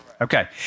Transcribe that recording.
Okay